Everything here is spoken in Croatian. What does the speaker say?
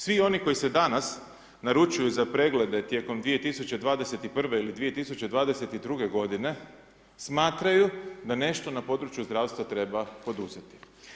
Svi oni koji se danas naručuju za preglede tijekom 2021. ili 2022. godine smatraju da nešto na području zdravstva treba poduzeti.